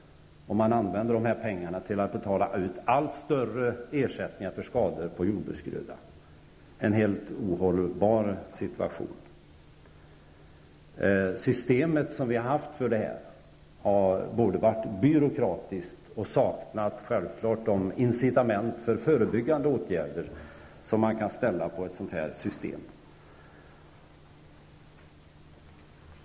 Man använde de här pengarna till att betala ut allt större ersättningar för skador på jordbruksgröda. Det var en helt ohållbar situation. Det system som vi har haft för detta har både varit byråkratiskt och saknat de incitament för förebyggande åtgärder som man kan ställa på ett sådant system.